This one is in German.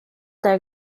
der